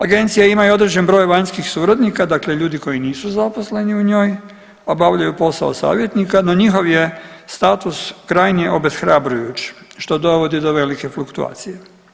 Agencija ima i određeni broj vanjskih suradnika, dakle ljudi koji nisu zaposleni u njoj, obavljaju posao savjetnika no njihov je status krajnje obeshrabrujuć što dovodi do velike fluktuacije.